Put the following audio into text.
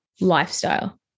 lifestyle